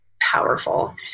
powerful